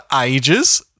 ages